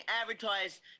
advertised